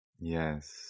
Yes